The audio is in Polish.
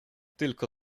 tylko